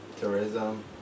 tourism